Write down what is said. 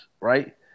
right